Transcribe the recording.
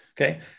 okay